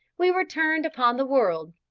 we were turned upon the world.